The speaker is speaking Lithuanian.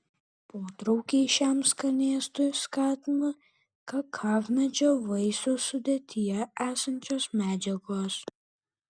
potraukį šiam skanėstui skatina kakavmedžio vaisių sudėtyje esančios medžiagos